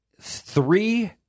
three